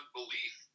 belief